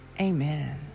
Amen